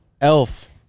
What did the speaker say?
Elf